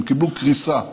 קיבלו קריסה.